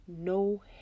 No